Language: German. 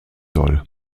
soll